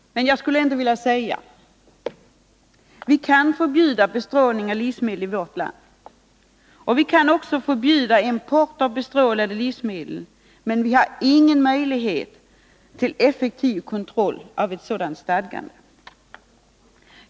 Vi kan förbjuda bestrålning av livsmedel i vårt land, och vi kan också förbjuda import av bestrålade livsmedel, men vi har ingen möjlighet till effektiv kontroll av ett sådant stadgande.